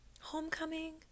homecoming